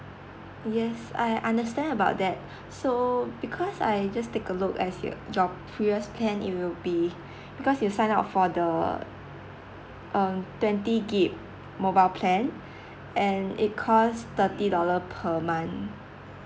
yes I understand about that so because I just take a look as your job previous plan it will be because you sign up for the uh twenty gig mobile plan and it costs thirty dollar per month